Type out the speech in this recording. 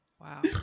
wow